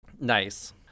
Nice